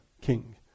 King